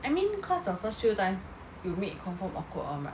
I mean because the first few time you meet confirm awkward [one] right